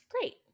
Great